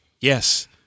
Yes